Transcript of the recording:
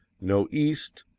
no east,